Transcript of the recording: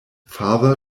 farther